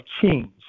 change